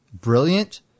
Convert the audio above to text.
brilliant